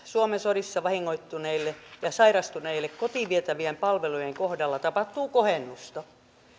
suomen sodissa vahingoittuneille ja sairastuneille kotiin vietävien palvelujen kohdalla tapahtuu kohennusta